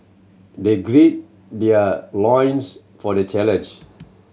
they gird their loins for the challenge